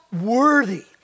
worthy